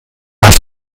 hast